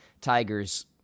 Tiger's